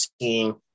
seeing